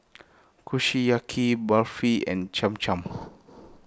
Kushiyaki Barfi and Cham Cham